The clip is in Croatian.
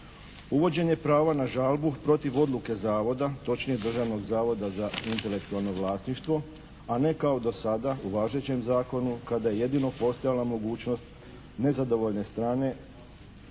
uvođenje prava na žalbu protiv odluke zavoda, točnije Zavoda za intelektualno vlasništvo a ne kao dosada u važećem zakonu kada je jedino postojala mogućnost nezadovoljne strane